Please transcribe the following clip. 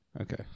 Okay